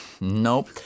Nope